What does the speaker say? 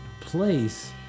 place